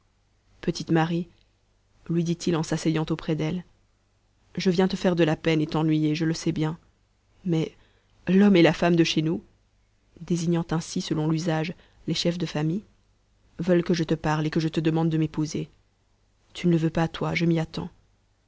petite marie lui dit-il en s'asseyant auprès d'elle je viens te faire de la peine et t'ennuyer je le sais bien mais l'homme et la femme de chez nous désignant ainsi selon l'usage les chefs de famille veulent que je te parle et que je te demande de m'épouser tu ne le veux pas toi je m'y attends